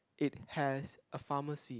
it has a pharmacy